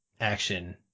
action